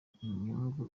inyungu